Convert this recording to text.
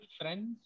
friends